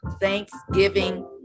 thanksgiving